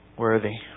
Worthy